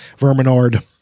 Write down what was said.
Verminard